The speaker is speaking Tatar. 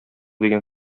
дигән